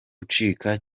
gucira